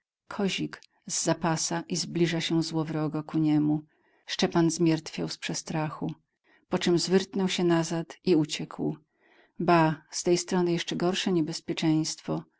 za pasa i zbliża się złowrogo ku niemu szczepan zmiertwiał z przestrachu poczem zwyrtnął się nazad i w ucieki ba z tej strony jeszcze gorsze niebezpieczeństwo